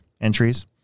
entries